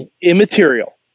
immaterial